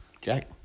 Jack